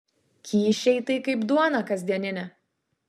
kyšiai tai kaip duona kasdieninė